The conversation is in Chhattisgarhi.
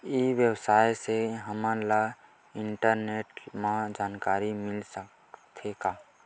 ई व्यवसाय से हमन ला इंटरनेट मा जानकारी मिल सकथे का?